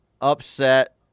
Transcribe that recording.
upset